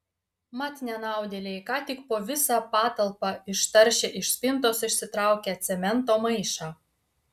mat nenaudėliai ką tik po visą patalpą ištaršė iš spintos išsitraukę cemento maišą